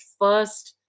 first